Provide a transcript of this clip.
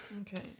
Okay